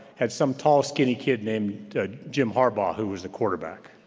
had some tall skinny kid named jim harbaugh who was the quarterback.